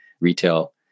retail